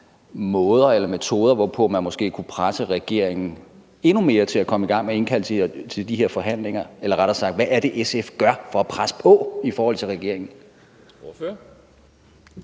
måder eller metoder, hvorpå man måske kunne presse regeringen endnu mere til at komme i gang med at indkalde til de her forhandlinger? Eller rettere sagt: Hvad er det, SF gør for at presse på i forhold til regeringen? Kl.